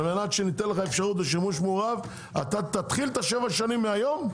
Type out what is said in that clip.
על מנת שניתן לך אפשרות לשימוש מעורב אתה תתחיל את השבע שנים מהיום?